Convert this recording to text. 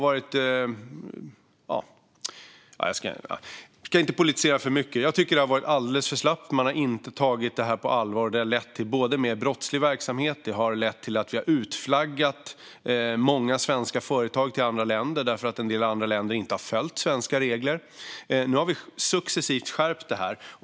Jag ska inte politisera för mycket, men det har varit alldeles för slappt. Man har inte tagit det på allvar. Det har lett till mer brottslig verksamhet. Och det har lett till att många svenska företag har flaggats ut till andra länder, därför att en del andra länder inte har följt svenska regler. Nu har vi successivt skärpt det här.